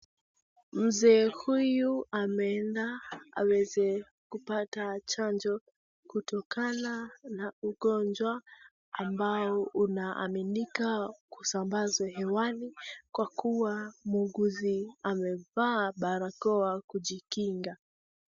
Mzee huyu ameenda aweze kupata chanjo kutokana na ugonjwa ambao unaaminika kusambaza hewani kwa kuwa muuguzi amevaa barakoa kujikinga.